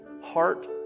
heart